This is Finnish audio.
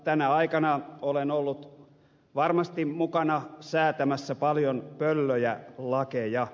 tänä aikana olen ollut varmasti mukana säätämässä paljon pöllöjä lakeja